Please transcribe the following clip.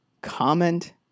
comment